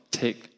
take